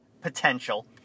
potential